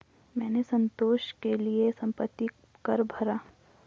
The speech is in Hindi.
मैंने संतोष के लिए संपत्ति कर भरा